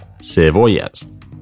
cebollas